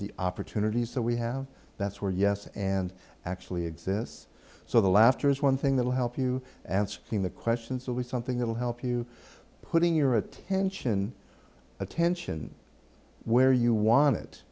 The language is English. the opportunities that we have that's where yes and actually exists so the laughter is one thing that will help you answer the questions will be something that will help you putting your attention attention where you want it